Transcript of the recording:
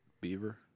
Beaver